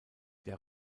der